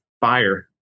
fire